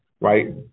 right